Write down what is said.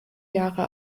jahre